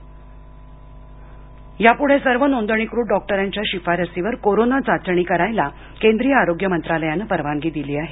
कोरोनाचाचणी यापुढे सर्व नोंदणीकृत डॉक्टरांच्या शिफारसीवर कोरोना चाचणी करायला केंद्रीय आरोग्य मंत्रालयानं परवानगी दिली आहे